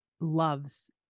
loves